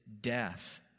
death